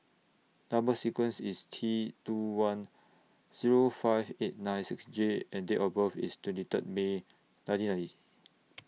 Number sequence IS T two one Zero five eight nine six J and Date of birth IS twenty Third May nineteen ninety